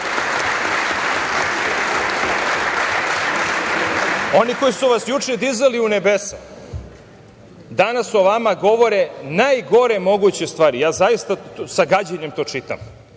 oni koji su vas do juče podizali u nebesa danas o vama govore najgore moguće stvari. Ja zaista sa gađenjem to čitam.